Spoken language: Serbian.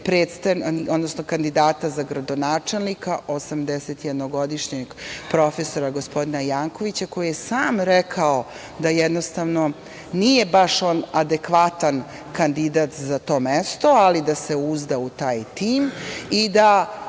predstavnika, odnosno kandidata za gradonačelnika osamdesetjednogodišnjeg prof. gospodina Jankovića, koji je sam rekao da jednostavno nije baš on adekvatan kandidat za to mesto, ali da se uzda u taj tim i da